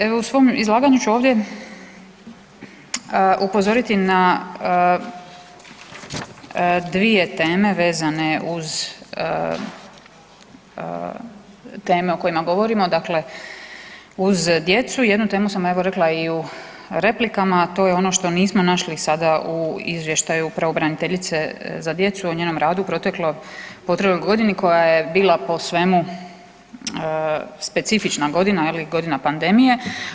Evo u svom izlaganju ću ovdje upozoriti na dvije teme vezane uz teme o kojima govorimo, dakle uz djecu i jednu temu sam evo rekla i u replikama, a to je ono što nismo našli sada u izvještaju pravobraniteljice za djecu o njenom radu u protekloj godini koja je bila po svemu specifična godina, je li godina pandemije.